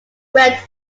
went